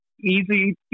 easy